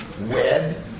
web